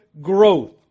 growth